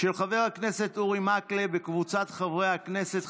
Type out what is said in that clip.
של חבר הכנסת אורי מקלב וקבוצת חברי הכנסת.